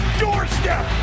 doorstep